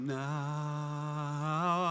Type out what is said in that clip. now